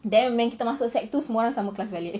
then bila kita orang masuk secondary two kita sama kelas balik